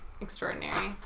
Extraordinary